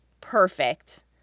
perfect